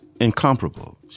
incomparable